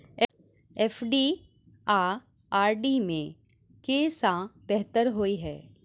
FD आ RD मे केँ सा बेहतर होइ है?